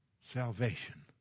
salvation